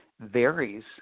varies